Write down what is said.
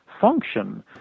function